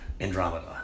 Andromeda